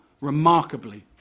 remarkably